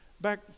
back